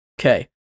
Okay